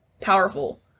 powerful